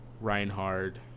Reinhard